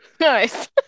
Nice